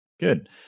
Good